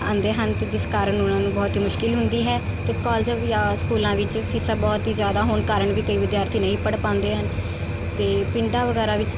ਆਉਂਦੇ ਹਨ ਅਤੇ ਜਿਸ ਕਾਰਨ ਉਹਨਾਂ ਨੂੰ ਬਹੁਤ ਹੀ ਮੁਸ਼ਕਿਲ ਹੁੰਦੀ ਹੈ ਅਤੇ ਕਾਲਜਾਂ ਜਾਂ ਸਕੂਲਾਂ ਵਿੱਚ ਫੀਸਾਂ ਬਹੁਤ ਹੀ ਜ਼ਿਆਦਾ ਹੋਣ ਕਾਰਨ ਵੀ ਕਈ ਵਿਦਿਆਰਥੀ ਨਹੀਂ ਪੜ੍ਹ ਪਾਉਂਦੇ ਹਨ ਅਤੇ ਪਿੰਡਾਂ ਵਗੈਰਾ ਵਿੱਚ